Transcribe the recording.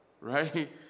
right